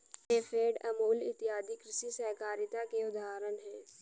नेफेड, अमूल इत्यादि कृषि सहकारिता के उदाहरण हैं